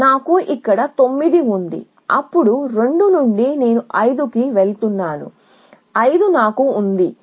కాబట్టి నాకు 9 ఇక్కడ ఉంది అప్పుడు 2 నుండి నేను 5 కి వెళుతున్నాను 5 నాకు 5 ఉంది